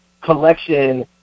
collection